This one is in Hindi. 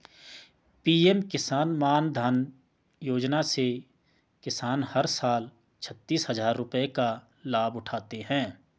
पीएम किसान मानधन योजना से किसान हर साल छतीस हजार रुपये का लाभ उठाते है